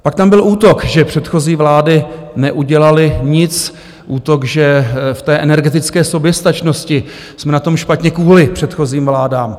Pak tam byl útok, že předchozí vlády neudělaly nic, útok, že v té energetické soběstačnosti jsme na tom špatně kvůli předchozím vládám.